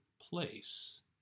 place